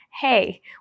hey